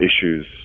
issues